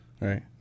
right